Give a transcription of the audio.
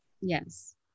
Yes